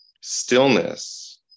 Stillness